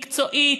מקצועית,